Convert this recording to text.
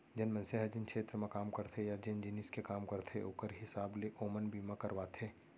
जेन मनसे ह जेन छेत्र म काम करथे या जेन जिनिस के काम करथे ओकर हिसाब ले ओमन बीमा करवाथें